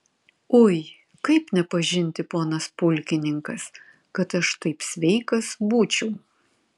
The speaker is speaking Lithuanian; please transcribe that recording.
ui kaip nepažinti ponas pulkininkas kad aš taip sveikas būčiau